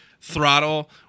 throttle